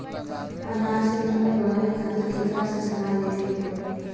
अनाज क कीमत बढ़ावे खातिर केकरा से सलाह लेवे के पड़ी?